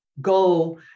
go